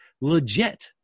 legit